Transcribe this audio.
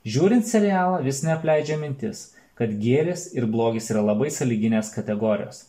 žiūrint serialą vis neapleidžia mintis kad gėris ir blogis yra labai sąlyginės kategorijos